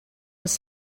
was